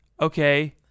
okay